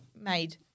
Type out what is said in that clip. made